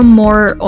more